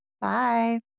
Bye